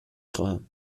خواهم